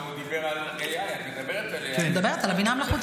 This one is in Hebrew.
הוא דיבר על AI. את מדברת על AI. אני מדברת על בינה מלאכותית,